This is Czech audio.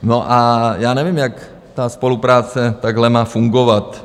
No a já nevím, jak ta spolupráce takhle má fungovat.